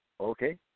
Okay